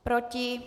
Proti?